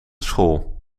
school